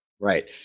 Right